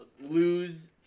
lose